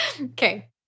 Okay